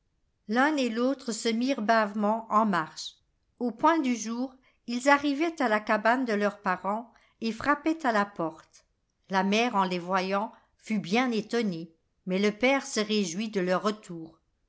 l'un et l'autre se mirent bavement en marche au point du jour ils arrivaient à la cabane de leurs parents et frappaient à la porte la mère en les voyant fut bien étonnée mais le père se réjouit de leur retour